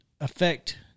affect